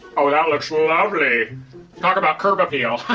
oh, that looks lovely. talk about curb appeal.